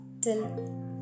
till